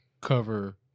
cover